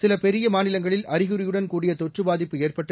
சில பெரிய மாநிலங்களில் அறிகுறியுடன் கூடிய தொற்று பாதிப்பு ஏற்பட்டு